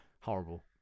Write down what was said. horrible